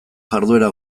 jarduera